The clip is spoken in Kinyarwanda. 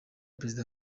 perezida